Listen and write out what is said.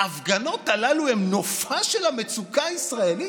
ההפגנות הללו הן נופה של המצוקה הישראלית?